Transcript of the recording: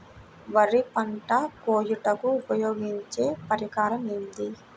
వరి పంట కోయుటకు ఉపయోగించే పరికరం ఏది?